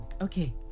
Okay